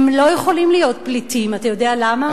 הם לא יכולים להיות פליטים, אתה יודע למה?